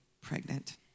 pregnant